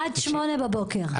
עד 08:00 בבוקר.